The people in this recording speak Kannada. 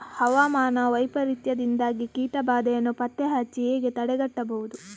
ಹವಾಮಾನ ವೈಪರೀತ್ಯದಿಂದಾಗಿ ಕೀಟ ಬಾಧೆಯನ್ನು ಪತ್ತೆ ಹಚ್ಚಿ ಹೇಗೆ ತಡೆಗಟ್ಟಬಹುದು?